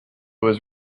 was